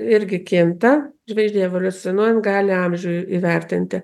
irgi kinta žvaigždei evoliucionuojant gali amžių įvertinti